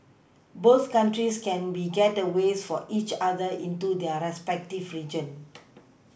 both countries can be gateways for each other into their respective region